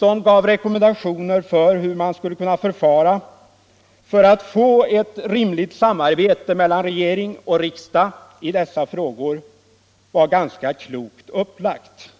där det lämnades rekommendationer om hur man skall förfara för att få till stånd ett rimligt samarbete mellan regering och riksdag i dessa frågor, var ganska klokt upplagt.